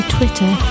Twitter